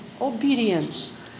Obedience